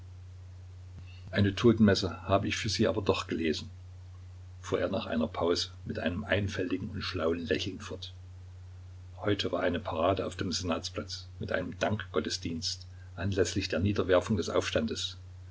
eine totenmesse habe ich für sie aber doch gelesen fuhr er nach einer pause mit einem einfältigen und schlauen lächeln fort heute war eine parade auf dem senatsplatz mit einem dankgottesdienst anläßlich der niederwerfung des aufstandes